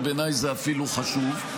ובעיניי זה אפילו חשוב.